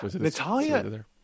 Natalia